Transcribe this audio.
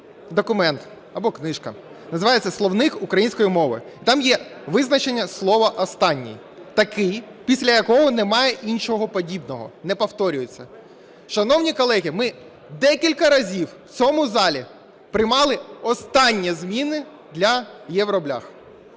документ або книжка, називається "Словник української мови", там є визначення слова "останній" – такий, після якого немає іншого подібного, не повторюється. Шановні колеги, ми декілька разів в цьому залі приймали останні зміни для "євроблях".